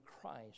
Christ